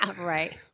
Right